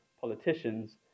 politicians